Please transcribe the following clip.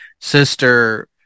sister